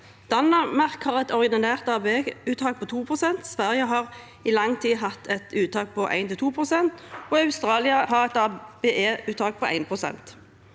Danmark har et ordinært ABE-uttak på 2 pst., Sverige har i lang tid hatt et uttak på 1–2 pst., og Australia har et ABE-uttak på 1